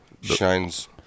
shines